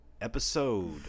episode